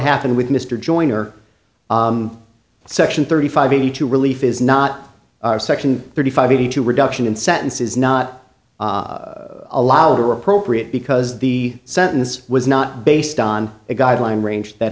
happened with mr joyner section thirty five eighty two relief is not section thirty five eighty two reduction in sentence is not allowed or appropriate because the sentence was not based on a guy adeline range that